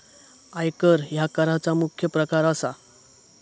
आयकर ह्या कराचा मुख्य प्रकार असा